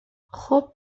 خوب